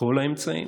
"כל האמצעים"